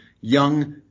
young